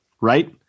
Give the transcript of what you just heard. right